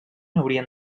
haurien